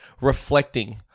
reflecting